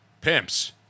pimps